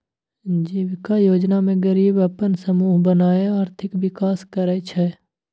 जीबिका योजना मे गरीब अपन समुह बनाए आर्थिक विकास करय छै